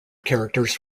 characters